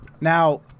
Now